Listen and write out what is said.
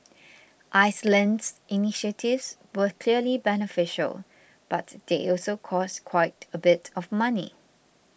Iceland's initiatives were clearly beneficial but they also cost quite a bit of money